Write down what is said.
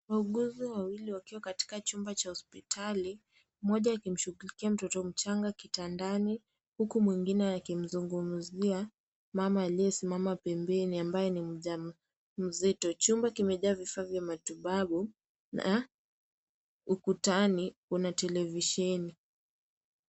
Wauguzi wawili wakiwa katika chumba cha hospitali. Mmoja akimshughulikia mtoto mchanga kitandani, huku mwingine akimzungumzia mama aliyesimama pembeni ambaye ni mjamzito. Chumba kimejaa vifaa vya matibabu na ukutani una televisheni.